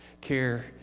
care